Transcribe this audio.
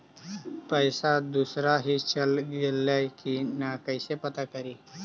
पैसा दुसरा ही चल गेलै की न कैसे पता करि?